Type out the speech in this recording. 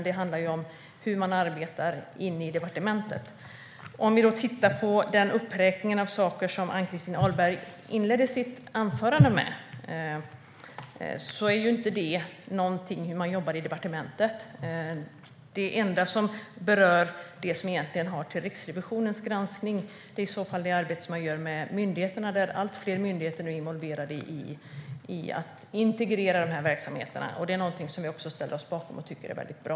Det handlar om hur man arbetar inne i departementet. Om vi tittar på den uppräkning av saker som Ann-Christin Ahlberg inledde sitt anförande med handlar inte det om hur man arbetar i departementet. Det enda som berör det som egentligen hör till Riksrevisionens granskning är i så fall det arbete som man gör med myndigheterna där allt fler myndigheter nu är involverade i att integrera verksamheterna. Det är någonting som vi också ställer oss bakom och tycker är väldigt bra.